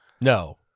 no